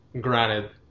granted